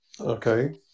Okay